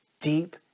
deep